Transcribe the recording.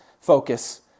focus